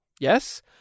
Yes